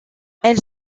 elle